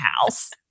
house